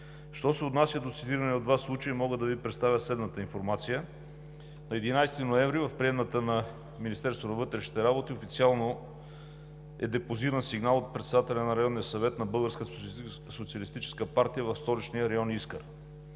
Що се отнася до цитирания от Вас случай, мога да Ви представя следната информация: на 11 ноември в приемната на Министерството на вътрешните работи официално е депозиран сигнал от председателя на Районния съвет на Българската